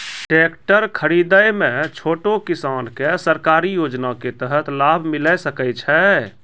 Tractor खरीदै मे छोटो किसान के सरकारी योजना के तहत लाभ मिलै सकै छै?